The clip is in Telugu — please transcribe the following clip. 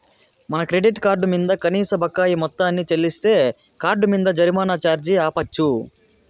మన క్రెడిట్ కార్డు మింద కనీస బకాయి మొత్తాన్ని చెల్లిస్తే కార్డ్ మింద జరిమానా ఛార్జీ ఆపచ్చు